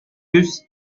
түз